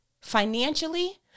financially